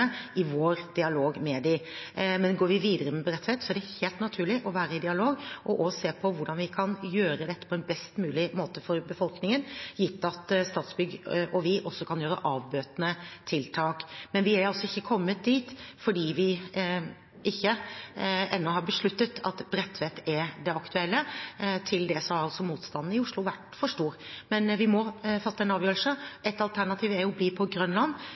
i vår dialog med dem. Men hvis vi går videre med Bredtvet, er det helt naturlig å være i dialog med dem og se på hvordan vi kan gjøre dette på best mulig måte for befolkningen, gitt at Statsbygg og vi også kan gjøre avbøtende tiltak. Men vi er ikke kommet dit, for vi har ennå ikke besluttet at Bredtvet er det aktuelle stedet. Til det har motstanden i Oslo vært for stor. Men vi må fatte en avgjørelse. Et alternativ er å bli på Grønland.